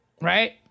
Right